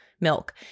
milk